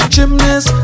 Gymnast